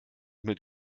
mit